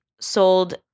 sold